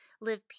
Live